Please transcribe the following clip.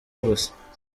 gusa